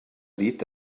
dit